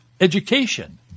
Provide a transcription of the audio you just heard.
education